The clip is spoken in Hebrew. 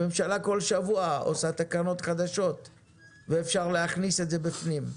הממשלה בכל שבוע עושה תקנות חדשות ואפשר להכניס את זה בפנים,